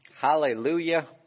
hallelujah